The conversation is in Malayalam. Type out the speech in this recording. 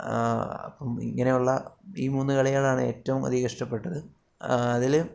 അപ്പം ഇങ്ങനെയുള്ള ഈ മൂന്ന് കളികളാണ് ഏറ്റവും അധികം ഇഷ്ടപ്പെട്ടത് അതിൽ